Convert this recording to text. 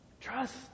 Trust